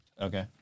Okay